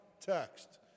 text